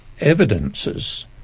evidences